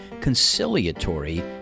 conciliatory